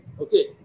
Okay